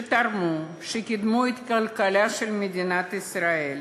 תרמו, קידמו את הכלכלה של מדינת ישראל,